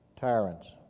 tyrants